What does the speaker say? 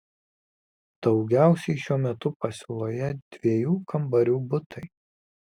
daugiausiai šiuo metu pasiūloje dviejų kambarių butai